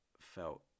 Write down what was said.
felt